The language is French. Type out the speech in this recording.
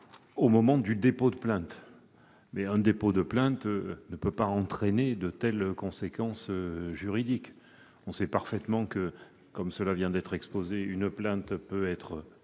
au moment du dépôt de plainte. Or un dépôt de plainte ne peut pas entraîner de telles conséquences juridiques. Comme cela vient d'être exposé, une plainte peut être